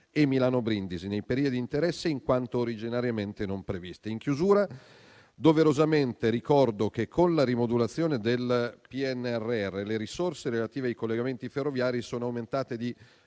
e Milano-Brindisi nei periodi di interesse, in quanto originariamente non previste. In chiusura, doverosamente ricordo che, con la rimodulazione del PNRR, le risorse relative ai collegamenti ferroviari sono aumentate di